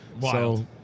Wow